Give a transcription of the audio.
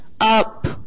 up